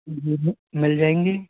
मिल जाएंगे